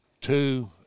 two